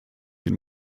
den